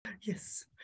Yes